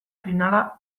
finala